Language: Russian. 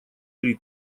три